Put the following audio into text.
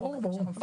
ברור, ברור.